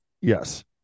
Yes